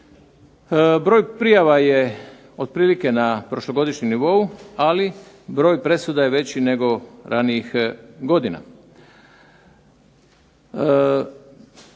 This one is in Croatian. Broj prijava je otprilike na prošlogodišnjem nivou. Ali broj presuda je veći nego ranijih godina.